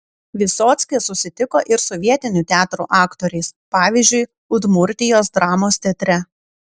vysockis susitiko ir su vietinių teatrų aktoriais pavyzdžiui udmurtijos dramos teatre